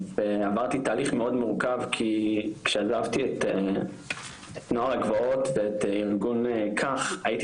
עברתי תהליך מאוד מורכב כי כשעזבתי את נוער הגבעות ואת ארגון כך הייתי